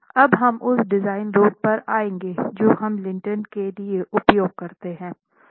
अब हम उस डिज़ाइन लोड पर आएँगे जो हम लेंटिल के लिए उपयोग करते हैं